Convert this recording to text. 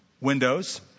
windows